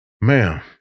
Ma'am